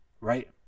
right